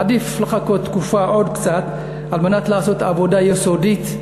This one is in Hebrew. עדיף לחכות עוד קצת כדי לעשות עבודה יסודית,